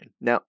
Now-